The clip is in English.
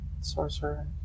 Sorcerer